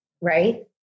Right